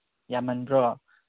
ꯌꯥꯝꯃꯟꯕ꯭ꯔꯣ